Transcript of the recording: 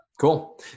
Cool